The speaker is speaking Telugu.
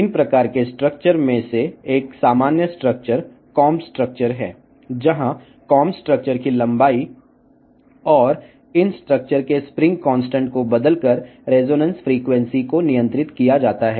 ఈ రకమైన నిర్మాణం యొక్క సాధారణ నిర్మాణాలలో ఒకటి దువ్వెన నిర్మాణం ఈ దువ్వెన నిర్మాణం యొక్క పొడవు మరియు నిర్మాణాల స్ప్రింగ్ స్థిరాంకాన్ని మార్చడం ద్వారా రెసొనెంట్ ఫ్రీక్వెన్సీ నియంత్రించబడుతుంది